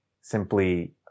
simply